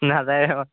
নাযায় হয়